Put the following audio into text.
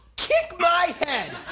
kick my head!